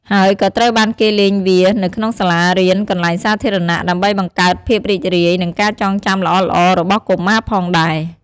ហើយក៏ត្រូវបានគេលេងវា នៅក្នុងសាលារៀន កន្លែងសាធារណៈ ដើម្បីបង្កើតភាពរីករាយ និងការចងចាំល្អៗរបស់កុមារផងដែរ។